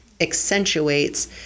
accentuates